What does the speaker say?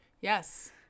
Yes